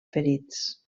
ferits